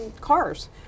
cars